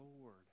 Lord